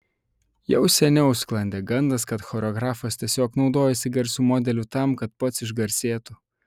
jau seniau sklandė gandas kad choreografas tiesiog naudojasi garsiu modeliu tam kad pats išgarsėtų